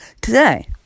today